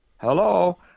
Hello